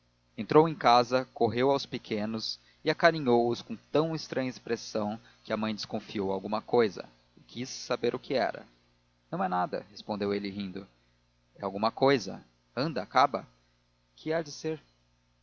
entrou em casa correu aos pequenos e acarinhou os com tão estranha expressão que a mãe desconfiou alguma cousa e quis saber o que era não é nada respondeu ele rindo é alguma cousa anda acaba que há de ser